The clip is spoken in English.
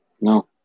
No